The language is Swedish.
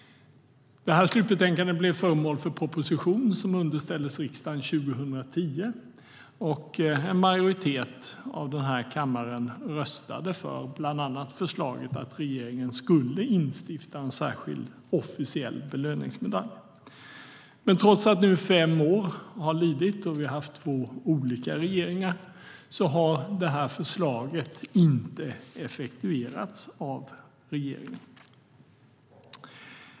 Slutbetänkandet blev föremål för en proposition som underställdes riksdagen 2010. En majoritet av den här kammaren röstade för bland annat förslaget att regeringen skulle instifta en särskild officiell belöningsmedalj. Men trots att fem år nu har lidit och vi har haft två olika regeringar har det här förslaget inte effektuerats av regeringen.